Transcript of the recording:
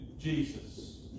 Jesus